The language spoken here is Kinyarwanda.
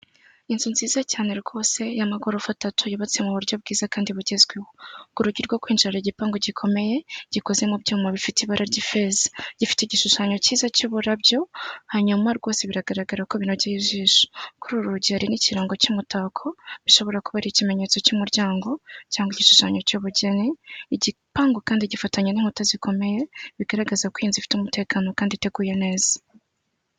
Inzu nziza cyane rwose y'amagorofa atatu yubatse mu buryo bwiza kandi bugezweho, ku urugi rwo kwinjira igipangu gikomeye gikoze mu byuma bifite ibara ry'ifeza gifite igishushanyo cyiza cy'uburabyo hanyuma rwose biragaragara ko binogeye ijisho. Kuri uru rugi hari n'ikirango cy'umutako bishobora kuba ari ikimenyetso cy'umuryango cyangwa igishushanyo cy'ubugeni igipangu kandi gifatanye n'inkuta zikomeye bigaragaza ko iyi nzu ifite umutekano kandi iteguye neza.